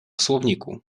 słowniku